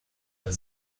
oder